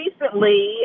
recently